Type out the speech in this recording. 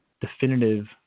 definitive